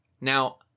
Now